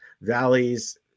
valleys